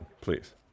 please